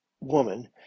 woman